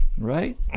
right